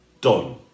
done